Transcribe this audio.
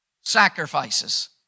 sacrifices